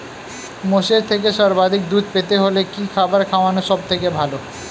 মোষের থেকে সর্বাধিক দুধ পেতে হলে কি খাবার খাওয়ানো সবথেকে ভালো?